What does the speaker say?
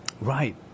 Right